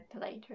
later